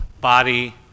body